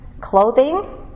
clothing